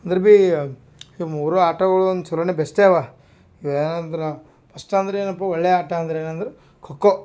ಅಂದ್ರ ಬಿ ಈ ಮೂರು ಆಟಗಳು ಚಲೋನೆ ಬೆಸ್ಟೇ ಅವ ಇವು ಏನಂದ್ರೆ ಪಸ್ಟ್ ಅಂದ್ರೆ ಏನಪ್ಪ ಒಳ್ಳೆಯ ಆಟ ಅಂದ್ರೆ ಏನಂದ್ರೆ ಖೋಖೋ